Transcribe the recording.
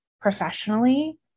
professionally